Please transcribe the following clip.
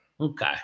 Okay